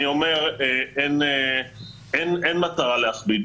אין מטרה להכביד,